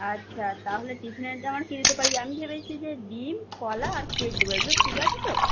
আচ্ছা তাহলে টিফিনে তেমন কী দিতে পারি আমি ভেবেছি যে ডিম কলা আর কেক দেবো এগুলো ঠিক আছে তো